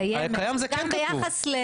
זה כן כתוב.